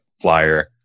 flyer